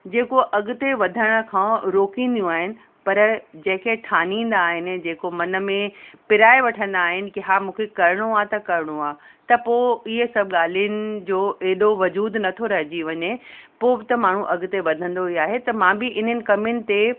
जेको अॻिते वधण खां रोकंदियूं आहिनि पर जेके ठाहींदा आहिनि जेको मन में पिराए वठंदा आहिनि की हा मूंखे करिणो आहे त करिणो आहे त पोइ इहे सभु ॻाल्हियुनि जो एॾो वजूदु नथो रहिजी वञे पोइ त माण्हू अॻिते वधंदो ई आहे त मां बि इन्हनि कमियुनि ते